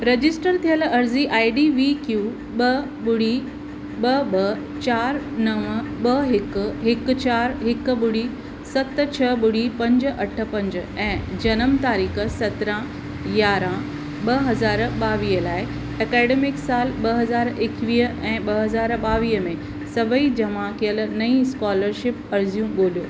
register थियल अर्ज़ी I D V Q ॿ ॿुड़ी ॿ ॿ चारि नव ॿ हिकु हिकु चारि हिकु ॿुड़ी सत छह ॿुड़ी पंज अठ पंज ऐं जनम तारीख़ सत्रहं यारहं ॿ हज़ार ॿावीह लाइ ऐकेडमिक सालु ॿ हज़ार एकवीह ऐं ॿ हज़ार ॿावीह में सभेई जमा कयल नई स्कॉलरशिप अर्ज़ियूं ॻोल्हियो